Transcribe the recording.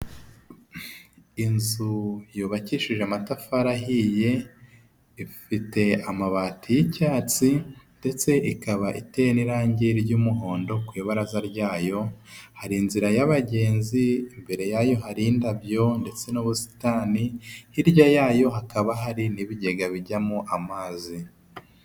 Inzu yubakishije amatafari ahiye, ifite amabati y'icyatsi ndetse ikaba iteye n'irangi ry'umuhondo, kw’ibaraza ryayo hari inzira y’abagenzi, imbere yayo har’indabyo ndetse n'ubusitani, hirya yayo hakaba hari n'ibigega bijyamo amazi.